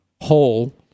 whole